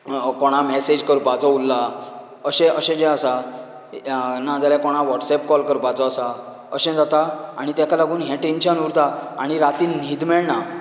कोणा मॅसेज करपाचो उरला अशें अशें जे आसा ना जाल्यार कोणाक वॉट्सऍप कॉल करपाचो आसा अशें जाता आनी तेका लागून हे टेन्शन उरता आनीक रातीन न्हीद मेळना